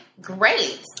Great